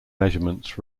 measurements